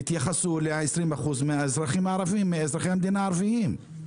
תתייחסו ל-20% מאזרחי המדינה הערביים.